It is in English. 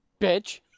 bitch